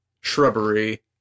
shrubbery